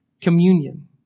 Communion